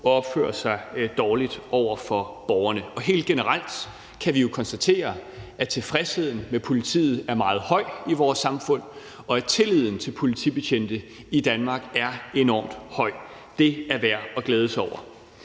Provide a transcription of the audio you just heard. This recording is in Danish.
at opføre sig dårligt over for borgerne. Helt generelt kan vi jo konstatere, at tilfredsheden med politiet er meget høj i vores samfund, og at tilliden til politibetjente i Danmark er enormt høj. Det er værd at glæde sig over.